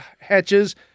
hatches